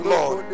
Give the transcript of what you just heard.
Lord